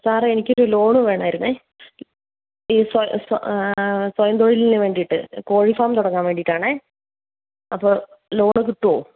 സാറെ എനിക്കൊരു ലോണ് വേണമായിരുന്നെ ഈ സ്വയം തൊഴിലിന് വേണ്ടീട്ട് കോഴിഫാമ് തുടങ്ങാൻ വേണ്ടീട്ടാണെ അപ്പോൾ ലോണ് കിട്ടുമോ